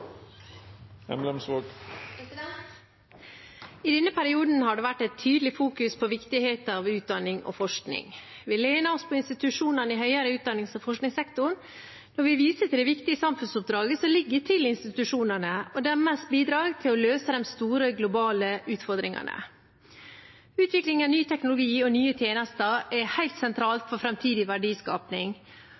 I denne perioden har det vært et tydelig fokus på viktigheten av utdanning og forskning. Vi lener oss på institusjonene i høyere utdannings- og forskningssektoren når vi viser til det viktige samfunnsoppdraget som ligger til institusjonene, og deres bidrag til å løse de store globale utfordringene. Utvikling av ny teknologi og nye tjenester er helt sentralt for